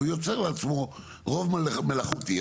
והוא יוצר לעצמו רוב מלאכותי.